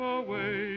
away